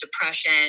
depression